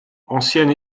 ancienne